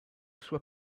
sua